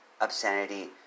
obscenity